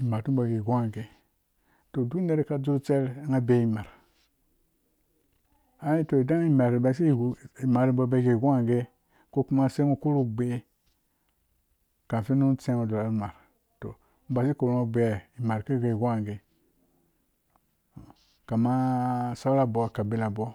Imar mu bo gwong gwonghage yo duk nera ka dzur tser ngha beyi imar ai to idan mar basi imar bɔɔ bai gwhongwhom nghagee ko kuma sei ngha gbe kafun nu tsee ngho dora mar to basi korhu ngho gbe mar kiwu gwhongwhongha gee ka ma saura bɔ kabila bo